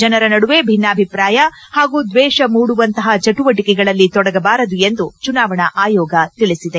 ಜನರ ನಡುವೆ ಭಿನ್ನಾಭಿಪ್ರಾಯ ಹಾಗೂ ದ್ವೇಷ ಮೂಡುವಂತಪ ಚಟುವಟಿಕೆಗಳಲ್ಲಿ ತೊಡಗಬಾರದು ಎಂದು ಚುನಾವಣಾ ಆಯೋಗ ತಿಳಿಸಿದೆ